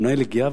המנהל הגיע,